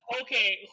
Okay